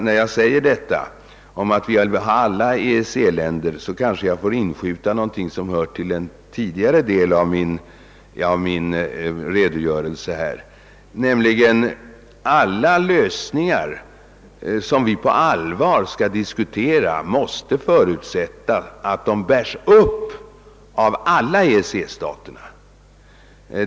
När jag nu talar om att alla EEC-länder bör vara med, kanske jag får inskjuta en sak som gäller min tidigare redogörelse. En förutsättning för de lösningar som vi på allvar skall diskutera måste vara att de bärs upp av alla EFTA stater.